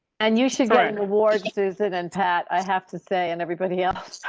and you should get an award, susan and pat, i have to say, and everybody else,